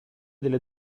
delle